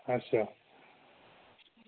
अच्छा